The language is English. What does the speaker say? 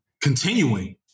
continuing